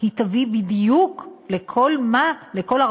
היא איפכא מסתברא.